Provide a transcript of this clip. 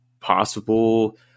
possible